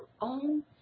own